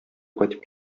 кайтып